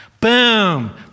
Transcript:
Boom